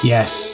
Yes